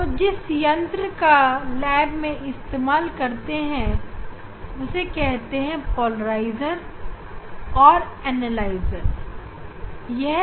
तो जिस यंत्र का लैब में इस्तेमाल होता है उसे पोलराइजर और एनालाइजर कहते हैं